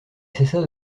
cessa